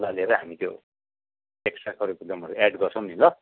सल्लाह लिएर हामी त्यो एक्सट्रा करिकुलमहरू एड गर्छौँ नि ल